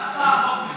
אז למה החוק מתייחס,